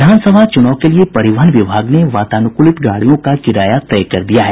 विधानसभा चुनाव के लिए परिवहन विभाग ने वातानुकूलित गाड़ियों का किराया तय कर दिया है